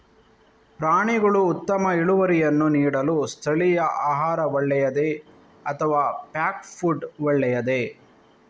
ಪ್ರಾಣಿಗಳು ಉತ್ತಮ ಇಳುವರಿಯನ್ನು ನೀಡಲು ಸ್ಥಳೀಯ ಆಹಾರ ಒಳ್ಳೆಯದೇ ಅಥವಾ ಪ್ಯಾಕ್ ಫುಡ್ ಒಳ್ಳೆಯದೇ?